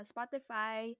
Spotify